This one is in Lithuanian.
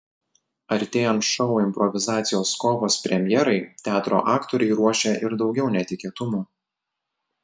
artėjant šou improvizacijos kovos premjerai teatro aktoriai ruošia ir daugiau netikėtumų